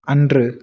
அன்று